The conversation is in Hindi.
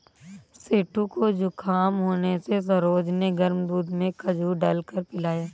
सेठू को जुखाम होने से सरोज ने गर्म दूध में खजूर डालकर पिलाया